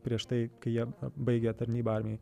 prieš tai kai jie baigia tarnybą armijoj